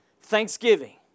Thanksgiving